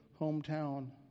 hometown